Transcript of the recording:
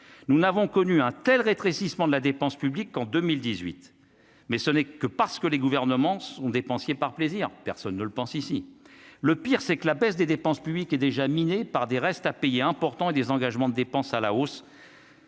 nous n'avons connu un tel rétrécissement de la dépense publique en 2018, mais ce n'est que parce que les gouvernements sont dépensiers par plaisir, personne ne le pense, ici, le pire c'est que la baisse des dépenses publiques et déjà miné par des restes à payer important et des engagements de dépenses à la hausse.